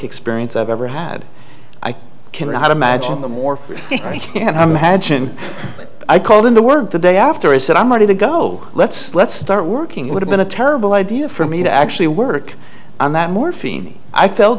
experience i've ever had i cannot imagine a more i can't imagine but i called into work the day after i said i'm ready to go let's let's start working would have been a terrible idea for me to actually work on that morphine i felt